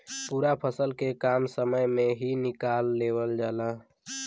पूरा फसल के कम समय में ही निकाल लेवल जाला